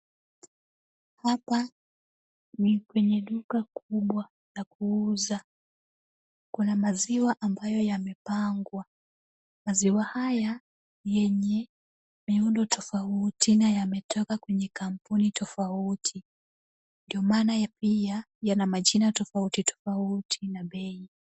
Hapa ni kwenye duka kubwa la kuuza, kuna maziwa ambayo yamepangwa. Maziwa haya ni yenye miundo tofauti na yametoka kwenye kampuni tofauti ndio maana pia yana majina tofauti tofauti na bei.